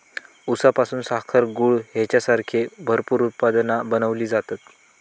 ऊसापासून साखर, गूळ हेंच्यासारखी भरपूर उत्पादना बनवली जातत